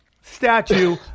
statue